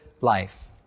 life